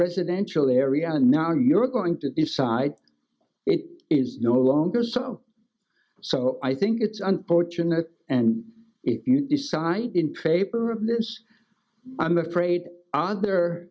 residential area and now you're going to decide it is no longer so so i think it's unfortunate and if you decide in paper of this i'm afraid other